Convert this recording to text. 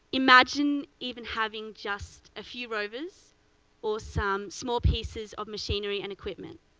imagine even having just a few rovers or some small pieces of machinery and equipment.